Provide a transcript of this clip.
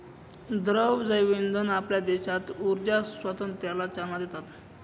द्रव जैवइंधन आपल्या देशाला ऊर्जा स्वातंत्र्याला चालना देतात